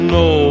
no